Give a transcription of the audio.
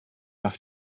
have